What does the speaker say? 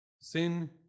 Sin